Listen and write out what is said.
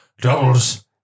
doubles